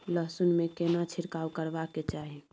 लहसुन में केना छिरकाव करबा के चाही?